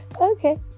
Okay